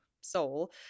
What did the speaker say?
soul